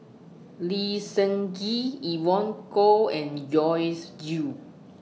Lee Seng Gee Evon Kow and Joyce Jue